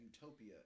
utopia